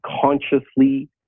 consciously